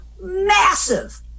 massive